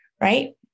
right